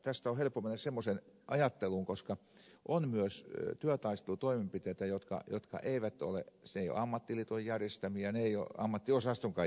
tästä on helppo mennä semmoiseen ajatteluun koska on myös työtaistelutoimenpiteitä jotka eivät ole ammattiliiton järjestämiä eivät ole ammattiosastonkaan järjestämiä